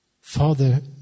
Father